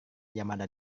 yamada